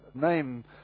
Name